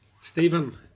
Stephen